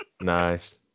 Nice